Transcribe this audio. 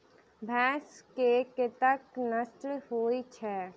भैंस केँ कतेक नस्ल होइ छै?